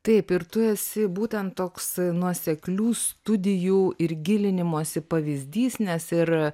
taip ir tu esi būtent toks nuoseklių studijų ir gilinimosi pavyzdys nes ir